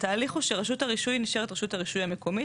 התהליך הוא שרשות הרישוי נשארת רשות הרישוי המקומית,